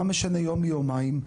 מה משנה יום מיומיים?